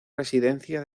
residencia